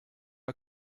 her